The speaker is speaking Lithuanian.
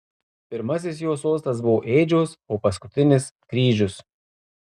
pirmasis jo sostas buvo ėdžios o paskutinis kryžius